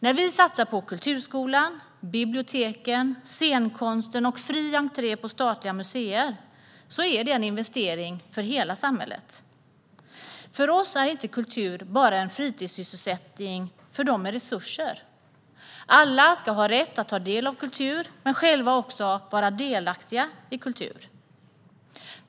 När vi satsar på kulturskolan, biblioteken, scenkonsten och fri entré på statliga museer är det en investering för hela samhället. För oss är inte kultur bara en fritidssysselsättning för dem med resurser: Alla ska ha rätt att ta del av kultur och själva också vara delaktiga i kultur.